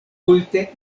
multe